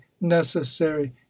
necessary